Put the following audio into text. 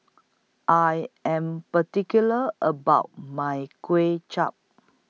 I Am particular about My Kuay Chap